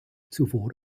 zuvor